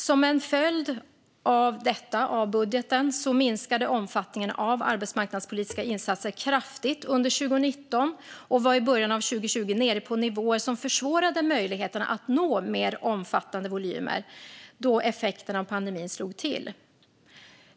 Som en följd av den budgeten minskade omfattningen av arbetsmarknadspolitiska insatser kraftigt under 2019 och var i början av 2020 nere på nivåer som försvårade möjligheterna att nå mer omfattande volymer när effekten av pandemin slog till.